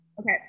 Okay